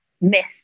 myth